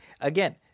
again